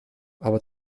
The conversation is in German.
aber